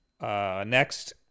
Next